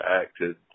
acted